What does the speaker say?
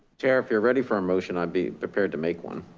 chair. if you're ready for a motion, i'd be prepared to make one.